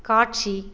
காட்சி